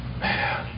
Man